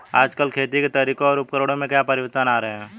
आजकल खेती के तरीकों और उपकरणों में क्या परिवर्तन आ रहें हैं?